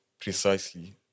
precisely